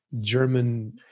German